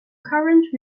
current